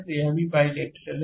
तो यह भी बाईलेटरल है